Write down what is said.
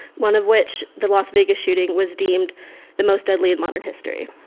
one of which the las vegas shooting was deemed the most deadly in modern history.